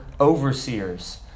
overseers